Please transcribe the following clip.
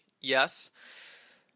yes